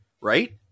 right